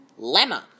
Lemma